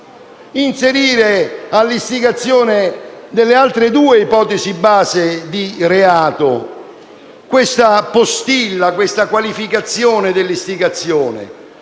inserire nelle altre due ipotesi base di reato questa postilla, questa qualificazione dell'istigazione,